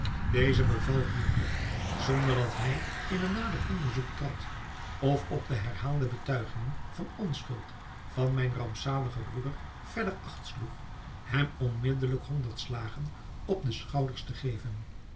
deze beval hierop zonder dat hij in een nader onderzoek trad of op de herhaalde betuigingen van onschuld van mijn rampzaligen broeder verder acht sloeg hem onmiddelijk honderd slagen op de schouders te geven